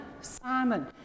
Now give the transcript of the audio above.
Simon